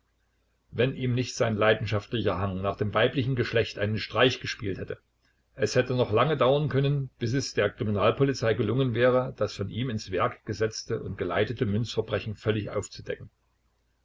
wenn ihm nicht sein leidenschaftlicher hang nach dem weiblichen geschlecht einen streich gespielt hätte es hätte noch lange dauern können bis es der kriminalpolizei gelungen wäre das von ihm ins werk gesetzte und geleitete münzverbrechen völlig aufzudecken